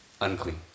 unclean